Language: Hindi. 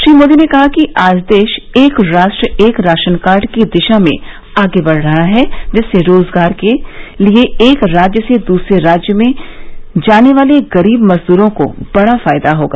श्री मोदी ने कहा कि आज देश एक राष्ट्र एक राशनकार्ड की दिशा में आगे बढ़ रहा है जिससे रोजगार के लिए एक राज्य से दूसरे राज्य में जाने वाले गरीब मजदूरों को बड़ा फायदा होगा